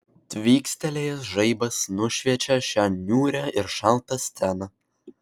tvykstelėjęs žaibas nušviečia šią niūrią ir šaltą sceną